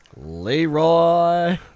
Leroy